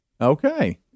Okay